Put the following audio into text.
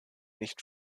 nicht